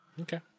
Okay